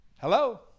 Hello